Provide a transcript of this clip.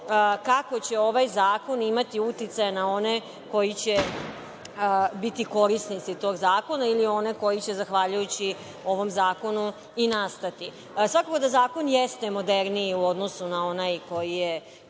kako će ovaj zakon imati uticaja na one koji će biti korisnici tog zakona ili na one koji će zahvaljujući ovom zakonu nastati. Svakako da zakon jeste moderniji u odnosu na onaj koji je